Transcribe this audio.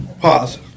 Pause